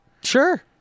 Sure